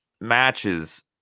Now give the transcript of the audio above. matches